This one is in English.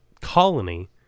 colony